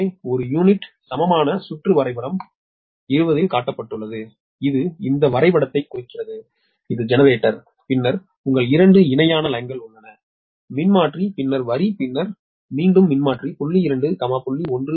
எனவே ஒரு யூனிட் சமமான சுற்று வரைபடம் படம் 20 இல் காட்டப்பட்டுள்ளது இது இந்த வரைபடத்தை குறிக்கிறது இது ஜெனரேட்டர் பின்னர் உங்களுக்கு இரண்டு இணையான லைன்கள் உள்ளன மின்மாற்றி பின்னர் வரி பின்னர் மீண்டும் மின்மாற்றி 0